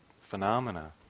phenomena